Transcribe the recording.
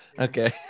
Okay